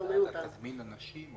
תזמין אנשים?